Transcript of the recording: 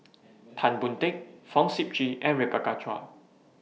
Tan Boon Teik Fong Sip Chee and Rebecca Chua